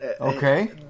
Okay